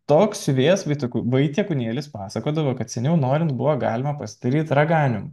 toks siuvėjas vytuku vaitėkūnėlis pasakodavo kad seniau norint buvo galima pasidaryt raganium